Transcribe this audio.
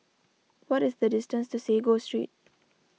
what is the distance to Sago Street